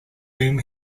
whom